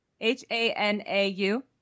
H-A-N-A-U